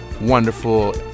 wonderful